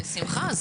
אז בשמחה,